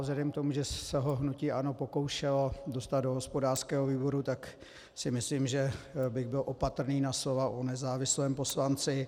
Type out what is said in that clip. Vzhledem k tomu, že se ho hnutí ANO pokoušelo dostat do hospodářského výboru, tak si myslím, že bych byl opatrný na slova o nezávislém poslanci.